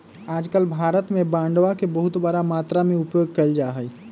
आजकल भारत में बांडवा के बहुत बड़ा मात्रा में उपयोग कइल जाहई